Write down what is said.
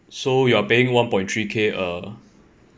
so you are paying one point three K a